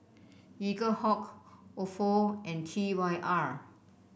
Eaglehawk Ofo and T Y R